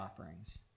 offerings